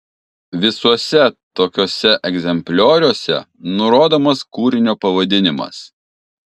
visuose tokiuose egzemplioriuose nurodomas kūrinio pavadinimas